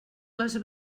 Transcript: les